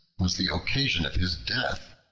was the occasion of his death.